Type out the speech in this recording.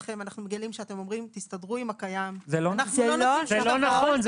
אומרים "תסתדרו עם הקיים" --- זה לא נכון.